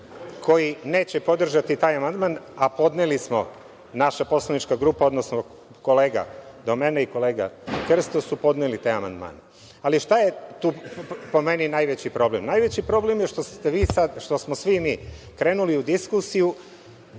koji neće podržati taj amandman, a podneli smo, naša poslanička grupa, odnosno kolega do mene i kolega Krsto su podneli taj amandman. Šta je tu, po meni, najveći problem? Najveći problem je što smo svi mi krenuli u diskusiju